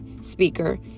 speaker